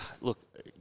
Look